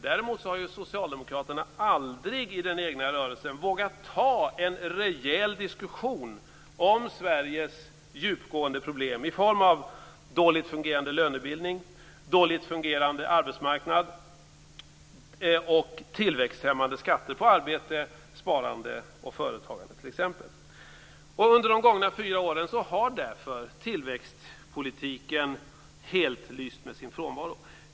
Däremot har socialdemokraterna aldrig i den egna rörelsen vågat ta en rejäl diskussion om Sveriges djupgående problem i form av t.ex. dåligt fungerande lönebildning, dåligt fungerande arbetsmarknad och tillväxthämmande skatter på arbete, sparande och företagande. Under de gångna fyra åren har därför tillväxtpolitiken helt lyst med sin frånvaro.